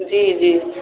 जी जी